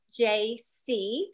JC